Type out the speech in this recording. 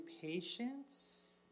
patience